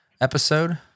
episode